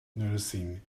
noticing